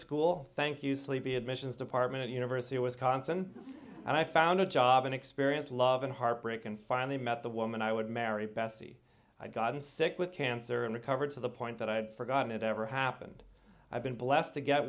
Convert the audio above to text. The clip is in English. school thank you sleepy admissions department at university of wisconsin and i found a job in experience love and heartbreak and finally met the woman i would marry bessie i'd gotten sick with cancer and recovered to the point that i'd forgotten it ever happened i've been blessed to get